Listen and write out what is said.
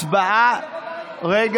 הצבעה, הרשימה המשותפת.